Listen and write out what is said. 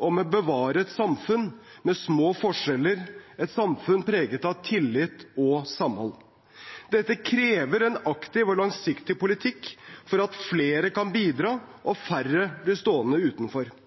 om å bevare et samfunn med små forskjeller, et samfunn preget av tillit og samhold. Dette krever en aktiv og langsiktig politikk for at flere kan bidra og færre blir stående utenfor.